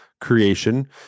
creation